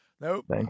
Nope